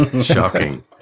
Shocking